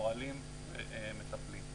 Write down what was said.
פועלים ומטפלים.